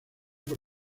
por